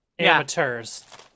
amateurs